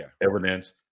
evidence